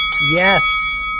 Yes